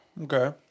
Okay